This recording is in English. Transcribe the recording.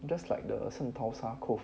just like the 圣淘沙 cove